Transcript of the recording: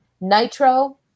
nitro